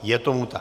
Je tomu tak.